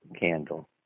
Candle